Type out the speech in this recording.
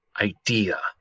idea